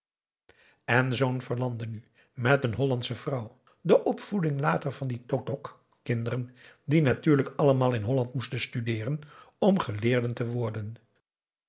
en zoo'n verlande nu met een hollandsche vrouw de opvoeding later van die totok kinderen die natuurlijk allemaal in holland moesten studeeren om geleerden te worden